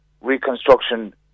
reconstruction